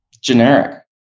generic